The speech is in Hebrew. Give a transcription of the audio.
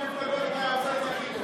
היה עושה את זה הכי טוב.